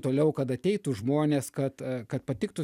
toliau kad ateitų žmonės kad kad patiktų